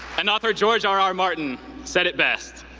and author george r. r. martin said it best,